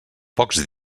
pocs